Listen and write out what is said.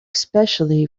especially